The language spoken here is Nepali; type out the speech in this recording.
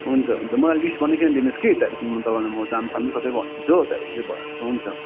हुन्छ हुन्छ मलाई लिस्ट बनाइकन दिनुहोस् कि त्यहाँदेखि म तपाईँलाई म दामसाम नि सबै भनिदिन्छु त्यहाँदेखि चाहिँ भइहाल्छ हुन्छ